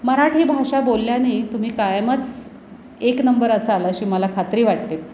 मराठी भाषा बोलल्याने तुम्ही कायमच एक नंबर असाल अशी मला खात्री वाटते